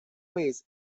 vez